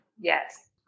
Yes